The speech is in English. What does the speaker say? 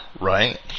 right